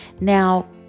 Now